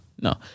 No